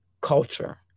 culture